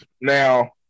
Now